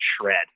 shred